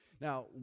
Now